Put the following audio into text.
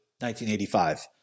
1985